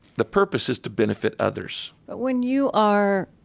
the purpose is to benefit others but when you are